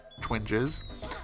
twinges